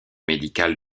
médicale